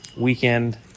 weekend